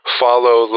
follow